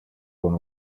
con